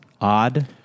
odd